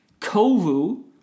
Kovu